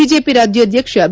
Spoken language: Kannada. ಬಿಜೆಪಿ ರಾಜ್ಯಾದ್ಲಕ್ಷ ಬಿ